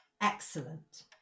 Excellent